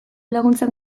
laguntzak